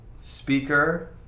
speaker